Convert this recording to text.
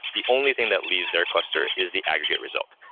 the only thing that leaves their cluster is the aggregate result.